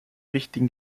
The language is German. wichtigen